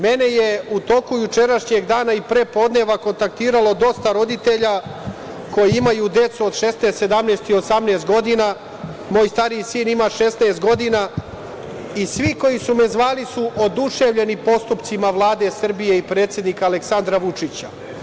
Mene je u toku jučerašnjeg dana i prepodneva kontaktiralo dosta roditelja koji imaju decu od 16, 17 i 18 godina, moj stariji sin ima 16 godina, i svi koji su me zvali su oduševljeni postupcima Vlade Srbije i predsednika Aleksandra Vučića.